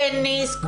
טניס,